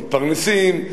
מתפרנסים,